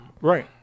Right